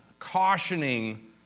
Cautioning